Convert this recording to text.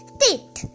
teeth